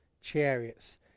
chariots